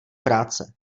práce